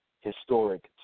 historic